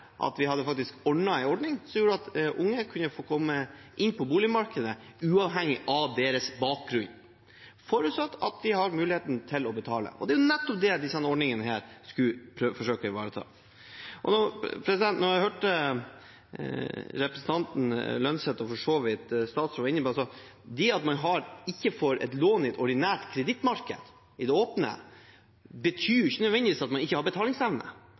at vi faktisk hadde ordnet en ordning som gjorde at unge kunne få komme inn på boligmarkedet uavhengig av bakgrunn, forutsatt at de har muligheten til å betale. Det er nettopp det disse ordningene skulle forsøke å ivareta. Etter nå å ha hørt på hva representanten Holm Lønseth og for så vidt også statsråden var inne på: Det at man ikke får et lån i et ordinært kredittmarked, i det åpne, betyr ikke nødvendigvis at man ikke har betalingsevne.